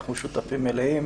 אנחנו שותפים מלאים,